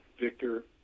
Victor